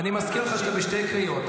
אני מזכיר לך שאתה בשתי קריאות.